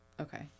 Okay